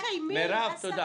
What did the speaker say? מירב, תודה.